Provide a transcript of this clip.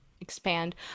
expand